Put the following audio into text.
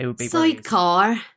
Sidecar